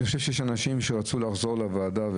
אני חושב שיש אנשים שרצו לחזור לוועדה,